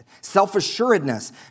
Self-assuredness